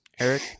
Eric